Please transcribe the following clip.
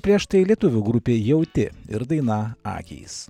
prieš tai lietuvių grupė jauti ir daina akys